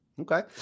Okay